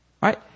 Right